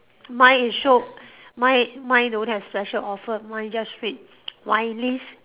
mine is show mine mine don't have special offer mine just read wine list